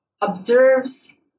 observes